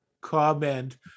comment